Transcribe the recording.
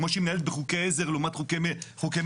כמו שהיא מנהלת בחוקי עזר לעומת חוקי מדינה.